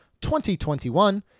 2021